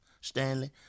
Stanley